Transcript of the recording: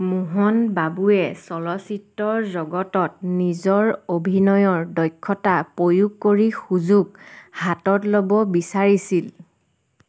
মোহন বাবুয়ে চলচ্চিত্ৰ জগতত নিজৰ অভিনয়ৰ দক্ষতা প্ৰয়োগ কৰি সুযোগ হাতত ল'ব বিচাৰিছিল